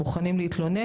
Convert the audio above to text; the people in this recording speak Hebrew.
מוכנים להתלונן?